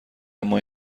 اما